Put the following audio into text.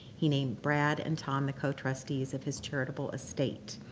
he named brad and tom the co-trustees of his charitable estate.